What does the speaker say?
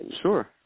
Sure